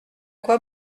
quoi